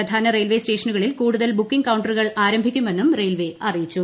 പ്രധാന ഒറ്റയിൽവേ സ്റ്റേഷനുകളിൽ കൂടുതൽ ബുക്കിംഗ് കൌണ്ടറുകൾ ആരുഭിക്കുമെന്നും റെയിൽവേ അറിയിച്ചു